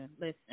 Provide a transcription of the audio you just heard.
listen